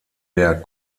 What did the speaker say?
der